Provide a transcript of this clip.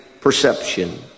perception